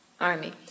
army